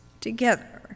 together